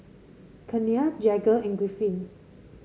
Kenia Jagger and Griffin